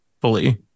fully